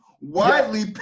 Widely